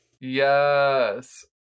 Yes